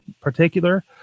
Particular